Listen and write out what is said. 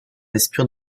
espion